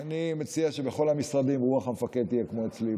אני מציע שבכל המשרדים רוח המפקד תהיה כמו אצלי,